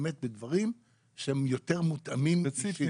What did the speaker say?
באמת בדברים שהם יותר מותאמים אישית.